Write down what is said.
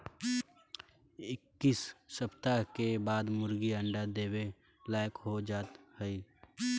इक्कीस सप्ताह के बाद मुर्गी अंडा देवे लायक हो जात हइन